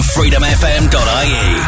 FreedomFM.ie